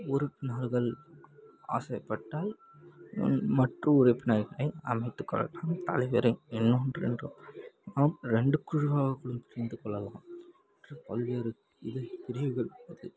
உறுப்பினார்கள் ஆசைப்பட்டால் முன் மற்று உறுப்பினர்களை அமைத்துக் கொள்ளலாம் தலைவரை இன்னொன்று என்றும் அவ் ரெண்டு குழுவாகக் கூட பிரிந்துக் கொள்ளலாம் மற்றும் பல்வேறு இது பிரிவுகள் அது